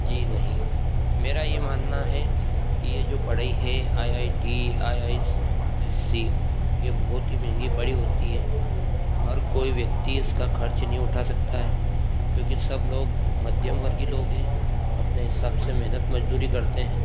जी नहीं मेरा ये मनाना है कि ये जो पढ़ाई है I I T I I S C ये बहुत ही महंगी पढ़ाई होती है हर कोई व्यक्ति इसका खर्च नहीं उठा सकता है क्योंकि सब लोग मध्यम वर्गीय लोग है अपने हिसाब से मेहनत मजदूरी करते हैं